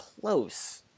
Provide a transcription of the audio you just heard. close